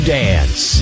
dance